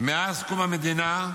מאז קום המדינה,